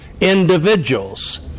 individuals